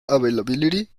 availability